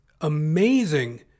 amazing